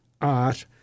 art